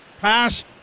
Pass